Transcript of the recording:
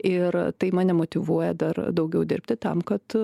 ir tai mane motyvuoja dar daugiau dirbti tam kad